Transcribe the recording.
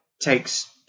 takes